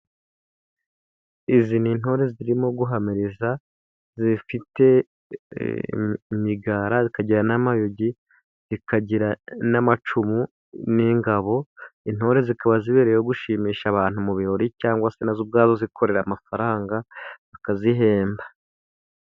Izi ni intore zirimo guhamiriza, zifite imigara, zikajyana n' amayugi, zikagira n' amacumu, n' ingabo; intore zikaba zibereyeho gushimisha abantu mu birori cyangwa se nazo ubwazo zikorera amafaranga bakazihemba.